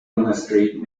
monastery